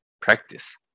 practice